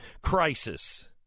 crisis